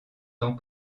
tant